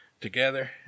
together